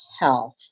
health